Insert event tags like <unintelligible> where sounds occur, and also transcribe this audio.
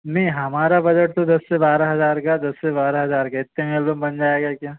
नी हमारा बजट तो दस से बारह हज़ार का है दस से बारह हज़ार देखते हैं <unintelligible> बन जाएगा क्या